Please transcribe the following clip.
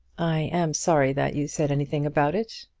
i am sorry that you said anything about it.